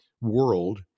world